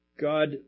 God